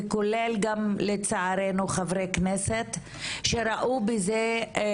כולל גם לצערנו חברי כנסת האמת,